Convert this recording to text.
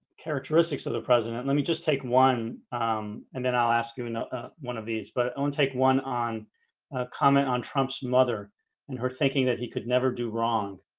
characteristics of the president let me just take one and then i'll ask you and ah one of these but i won't take one on comment on trump's mother and her thinking that he could never do wrong